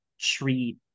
treat